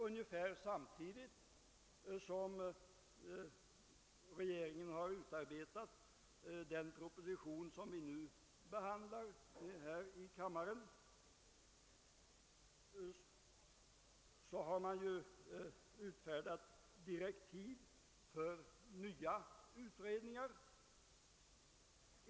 Ungefär samtidigt som regeringen utarbetade den proposition som vi behandlar här i kammaren utfärdades direktiv för nya utredningar.